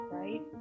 right